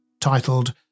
titled